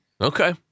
Okay